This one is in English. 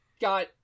got